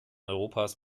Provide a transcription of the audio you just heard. europas